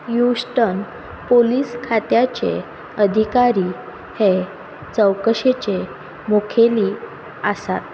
Houston police खात्याचे अधिकारी हे चवकशेचे मुखेली आसात